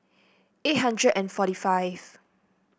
eight hundred and forty five